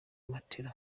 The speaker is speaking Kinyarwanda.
matela